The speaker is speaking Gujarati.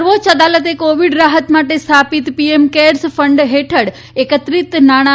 સર્વોચ્ય અદાલતે કોવીડ રાહત માટે સ્થાપિત પીએમ કેર્સ ફંડ હેઠળ એકત્રિત નાણાં